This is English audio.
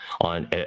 on